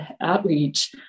outreach